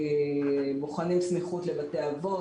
בוחנים סמיכות לבתי אבות,